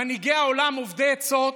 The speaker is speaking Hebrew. מנהיגי העולם אובדי עצות.